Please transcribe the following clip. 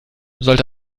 sollte